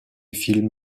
film